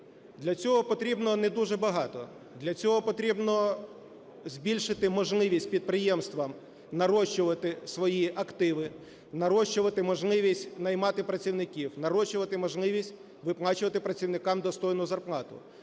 Для цього потрібно не дуже багато, для цього потрібно збільшити можливість підприємствам нарощувати свої активи, нарощувати можливість наймати працівників, нарощувати можливість виплачувати працівникам достойну зарплату,